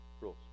rules